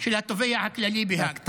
של התובע הכללי בהאג.